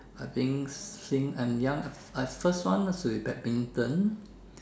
I think since I'm young I I first one should be badminton